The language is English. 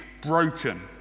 broken